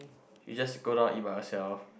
you just go down it by yourself